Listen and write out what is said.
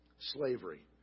Slavery